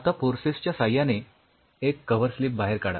आता फोर्सेप्स च्या साह्याने एक कव्हरस्लिप बाहेर काढा